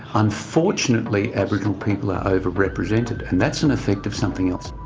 unfortunately aboriginal people are overrepresented and that's an effect of something else.